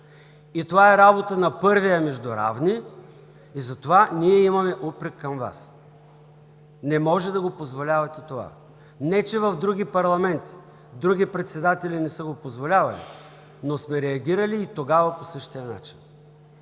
И това е работа на първия между равни и затова ние имаме упрек към Вас. Не може да го позволявате това. Не че в други парламенти други председатели не са го позволявали, но сме реагирали и тогава по същия начин.